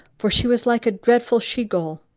for she was like a dreadful she ghul,